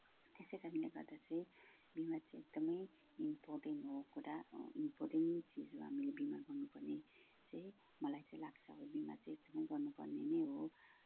त्यसै कारणले गर्दा चाहिँ बिमा चाहिँ एकदमै इम्पोर्टेन्ट हो कुरा इम्पोर्टेन्ट चिज हो हामीले बिमा गर्नुपर्ने चाहिँ मलाई चाहिँ लाग्छ अब बिमा चाहिँ एकदमै गर्नुपर्ने नै हो